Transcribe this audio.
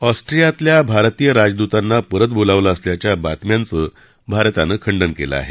ऑस्ट्रीयातल्या भारतीय राजदुतांना परत बोलावलं असल्याच्या बातम्यांचं भारतानं खंडन केलं आहे